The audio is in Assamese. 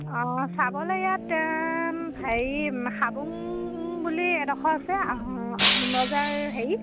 অঁ চাবলৈ ইয়াত হেৰি হাবুং বুলি এডোখৰ আছে আহোম আহোম ৰজাৰ হেৰি